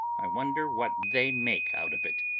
i wonder what they make out of it.